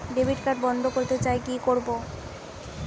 Debit card বন্ধ করতে চাই কি করব?